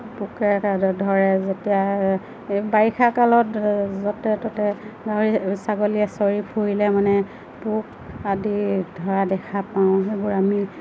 পোকে ধৰে যেতিয়া বাৰিষা কালত য'তে ত'তে গাহৰি ছাগলীয়ে চৰি ফুৰিলে মানে পোক আদি ধৰা দেখা পাওঁ সেইবোৰ আমি